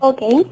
Okay